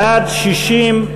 בעד, 60,